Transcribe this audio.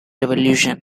revolution